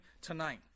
tonight